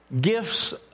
gifts